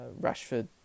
Rashford